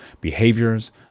behaviors